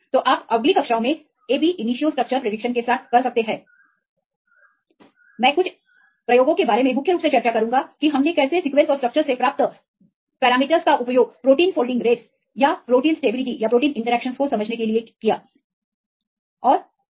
तो आप अगली कक्षाओं में इन ab initioस्ट्रक्चर की भविष्यवाणी के साथ कर सकते हैं मैं कुछ अनुप्रयोगों के बारे में मुख्य रूप से चर्चा करूँगा कि कैसे हम सीक्वेंसऔर स्ट्रक्चरस से प्राप्त मापदंडों का उपयोग प्रोटीन फोल्डिंग रेटस या प्रोटीन स्थिरता या प्रोटीन इंटरेक्शनस को समझने के लिए कर सकते हैं